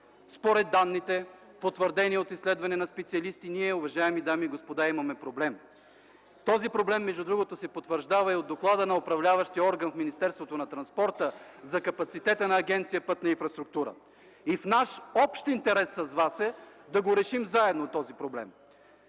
Според данните, потвърдени от изследване на специалисти, ние, уважаеми дами и господа, имаме проблем. Този проблем между другото се потвърждава и от доклада на управляващия орган в Министерството на транспорта за капацитета на Агенция „Пътна инфраструктура” и в наш общ интерес с вас е да решим заедно този проблем.